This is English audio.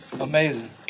Amazing